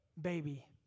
baby